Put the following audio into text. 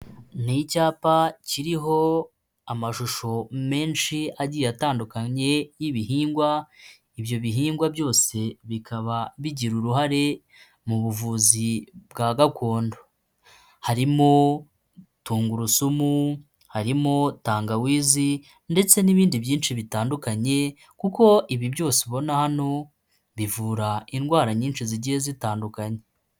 Ni icyapa kiriho amashusho menshi agiye atandukanye y'ibihingwa, ibyo bihingwa byose bikaba bigira uruhare mu buvuzi bwa gakondo, harimo tungurusumu, harimo tangawizi, ndetse n'ibindi byinshi bitandukanye, kuko ibi byose ubona hano bivura indwara nyinshi zigiye zitandukanye.